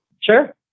Sure